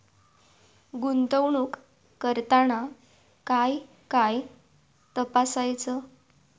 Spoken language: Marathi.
गुंतवणूक करताना काय काय तपासायच?